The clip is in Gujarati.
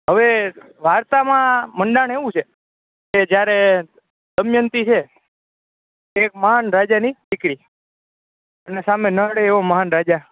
હવે વાર્તામાં મંડાણ એવું છે કે જયારે દમયંતી છે એ એક મહાન રાજાની દીકરી છે અને સામે નળ એ એવો મહાન રાજા